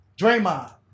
Draymond